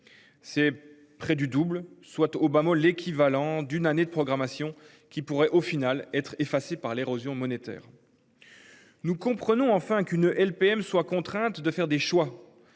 C'est près du double, soit, au bas mot, l'équivalent d'une année de programmation qui pourrait au final être effacées par l'érosion monétaire. Nous comprenons enfin qu'une LPM soit contrainte de faire des choix.